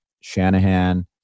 Shanahan